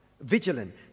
vigilant